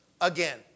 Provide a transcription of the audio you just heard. again